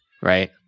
Right